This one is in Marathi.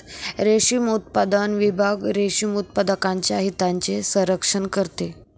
रेशीम उत्पादन विभाग रेशीम उत्पादकांच्या हितांचे संरक्षण करते